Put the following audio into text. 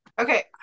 Okay